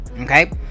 Okay